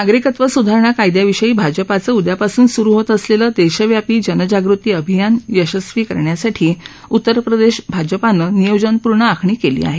नागरिकत्व सुधारणा कायदयाविषयी भाजपाचं उदयापासून सुरु होत असलेलं देशव्यापी जनजागृती अभियान यशस्वी करण्यासाठी उत्तर प्रदेश भाजपानं नियोजनपूर्ण आखणी केली आहे